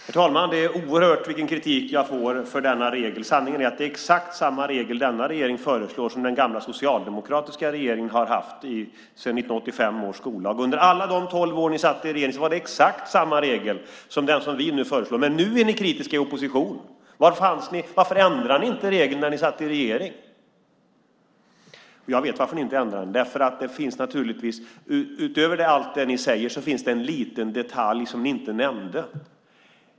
Herr talman! Det är oerhört vilken kritik jag får för denna regel. Sanningen är att det är exakt samma regel som denna regering föreslår som den gamla socialdemokratiska regeringen har haft sedan 1985 års skollag. Under alla de tolv år ni satt i regering var det exakt samma regel som den som vi nu föreslår. Men nu är ni kritiska i opposition. Varför ändrade ni inte regeln när ni satt i regering? Jag vet varför ni inte ändrade den. Utöver allt det ni säger finns det en liten detalj som ni inte nämnde.